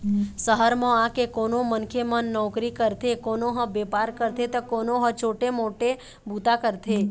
सहर म आके कोनो मनखे मन नउकरी करथे, कोनो ह बेपार करथे त कोनो ह छोटे मोटे बूता करथे